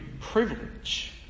privilege